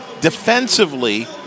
Defensively